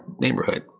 neighborhood